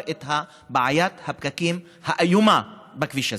את בעיית הפקקים האיומה בכביש הזה.